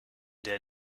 der